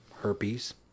herpes